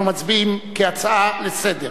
אנחנו מצביעים כהצעה לסדר-היום.